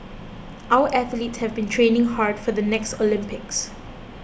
our athletes have been training hard for the next Olympics